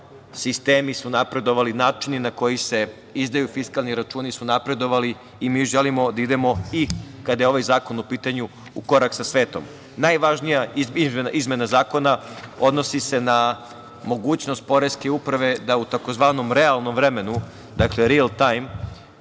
sistemi su napredovali, načini na koji se izdaju fiskalni računi su napredovali i mi želimo da idemo, kada je ovaj zakon u pitanju, u korak sa svetom. Najvažnija izmena zakona se odnosi na mogućnost poreske uprava da u tzv. realnom vremenu, real time,